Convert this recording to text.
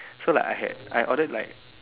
so like I had I ordered like